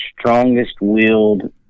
strongest-willed